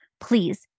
Please